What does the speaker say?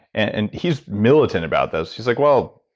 and he's militant about those. he's like, well,